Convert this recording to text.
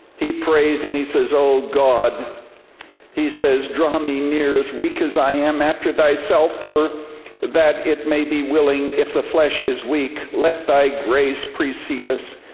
he prays and he says, oh, god he says, draw me near, as weak as i am, after thyself for that it may be willing if the flesh is weak, let thy grace precede us.